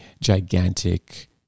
gigantic